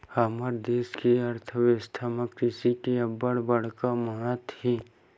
हमर देस के अर्थबेवस्था म कृषि के अब्बड़ बड़का महत्ता हे